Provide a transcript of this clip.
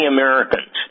Americans